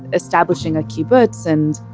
establishing a kibbutz and,